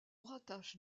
rattache